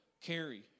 carry